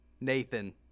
Nathan